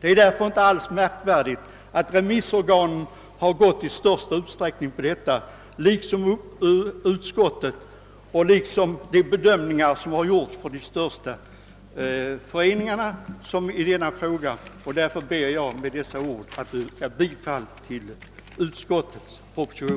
Därför är det inte alls underligt att remissorganen liksom utskottet i största utsträckning anslutit sig till förslaget. Samma bedömning har gjorts av de största bostadsrättsföretagen. Med dessa ord ber jag att få yrka bifall till utskottets hemställan.